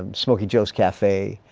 um smokey joe's cafe,